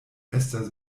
estas